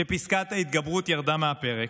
שפסקת ההתגברות ירדה מהפרק?